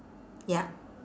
yup